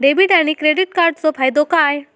Debit आणि credit कार्डचो फायदो काय?